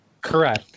Correct